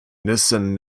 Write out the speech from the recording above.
nissan